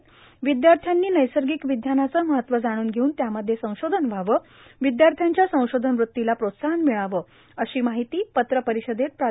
र्विद्यार्थ्यानी नैर्सागक र्यावज्ञानाचे महत्व जाणून घेऊन त्यामध्ये संशोधन व्हावे विद्याथ्याच्या संशोधन वृत्तीला प्रोत्साहन र्मिळावे अशी मर्ाहती पत्रर्पारषदेत प्रा